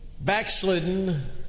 Backslidden